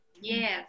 Yes